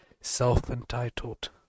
self-entitled